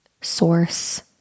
Source